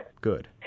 good